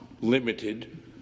limited